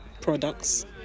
products